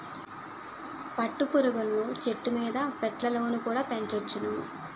పట్టు పురుగులను చెట్టుమీద పెట్టెలలోన కుడా పెంచొచ్చును